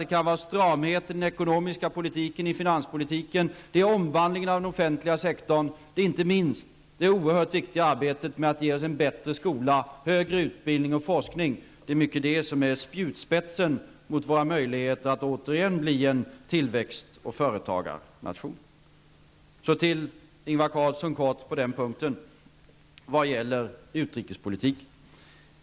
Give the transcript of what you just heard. Det kan gälla stramheten i den ekonomiska politiken, i finanspolitiken, omvandlingen av den offentliga sektorn och inte minst det oerhört viktiga arbetet med att ge oss en bättre skola, högre utbildning och forskning. Detta är spjutspetsen när det gäller våra möjligheter att återigen bli en tillväxt och företagarnation. Sedan kort till Ingvar Carlsson vad gäller utrikespolitiken.